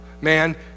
Man